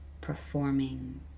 performing